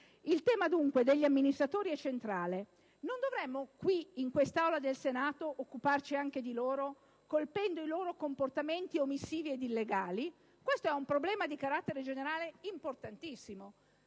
Il tema dunque degli amministratori è centrale. Non dovremmo in quest'Aula del Senato occuparci anche di loro, colpendo i loro comportamenti omissivi e illegali? Questo è un problema importantissimo